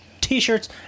T-shirts